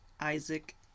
Isaac